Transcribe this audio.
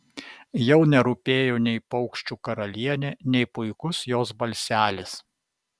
jau nerūpėjo nei paukščių karalienė nei puikus jos balselis